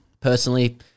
personally